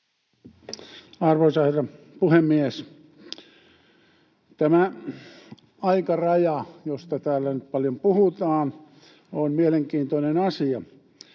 Arvoisa herra puhemies! Tämä aikaraja, josta täällä nyt paljon puhutaan, on mielenkiintoinen asia.